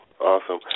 Awesome